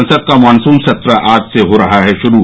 संसद का मॉनसून सत्र आज से हो रहा है शुरू